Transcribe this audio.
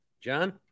John